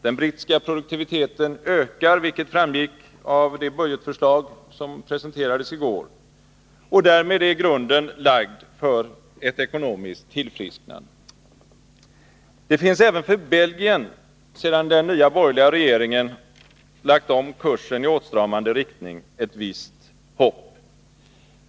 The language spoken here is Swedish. Den brittiska produktiviteten ökar, vilket framgick av det budgetförslag som presenterades i går. Därmed är grunden lagd för ett ekonomiskt tillfrisknande. Det finns även för Belgien, sedan den nya borgerliga regeringen lagt om kurseni åtstramande riktning, ett visst hopp.